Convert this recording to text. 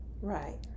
Right